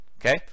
Okay